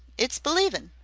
it's believin'.